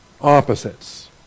opposites